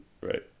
Right